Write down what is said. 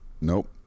Nope